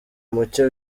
muke